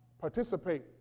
Participate